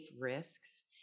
risks